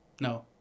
No